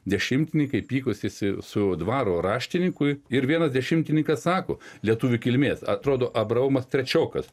dešimtininkai pykosi su dvaro raštininku ir vienas dešimtininkas sako lietuvių kilmės atrodo abraomas trečiokas